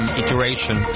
iteration